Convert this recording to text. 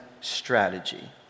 strategy